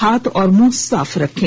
हाथ और मुंह साफ रखें